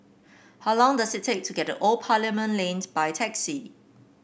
how long does it take to get to Old Parliament Lane by taxi